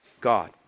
God